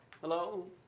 Hello